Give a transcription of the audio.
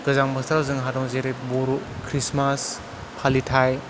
गोजां बोथोराव जोंहा दं बर' खृसमास फालिथाय